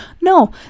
no